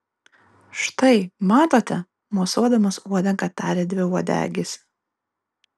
štai matote mosuodamas uodega tarė dviuodegis